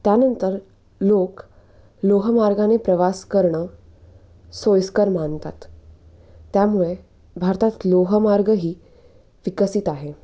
त्यानंतर लोक लोहमार्गाने प्रवास करणं सोयीस्कर मानतात त्यामुळे भारतात लोहमार्ग ही विकसित आहे